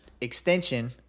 extension